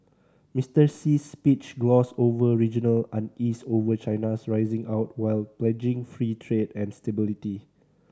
Mister Xi's speech glossed over regional unease over China's rising out while pledging free trade and stability